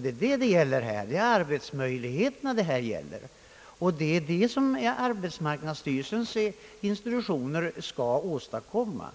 Det är arbetsmöjligheterna som det här gäller. Den saken skall arbetsmarknadsstyrelsens institutioner åstadkomma.